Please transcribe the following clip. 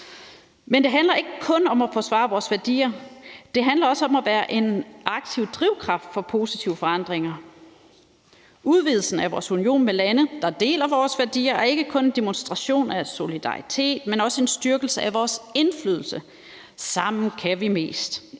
Men det handler ikke kun om at forsvare vores værdier; det handler også om at være en aktiv drivkraft for positive forandringer. Udvidelsen af vores union med lande, der deler vores værdier, er ikke kun en demonstration af solidaritet, men også en styrkelse af vores indflydelse – sammen kan vi mest.